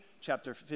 chapter